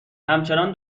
همچنان